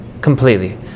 Completely